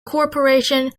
corporation